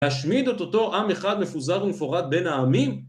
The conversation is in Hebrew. להשמיד את אותו עם אחד מפוזר ומפורד בין העמים?